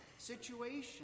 situation